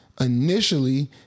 initially